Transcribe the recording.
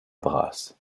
brasse